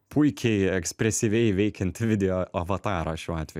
puikiai ekspresyviai veikiant video avatarą šiuo atveju